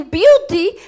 beauty